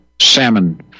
salmon